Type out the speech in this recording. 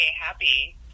happy